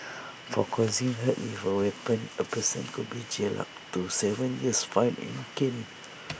for causing hurt with A weapon A person could be jailed up to Seven years fined and caned